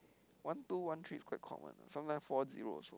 one two one three is quite common sometimes four zero also